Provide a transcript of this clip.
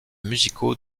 musicaux